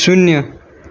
शून्य